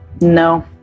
No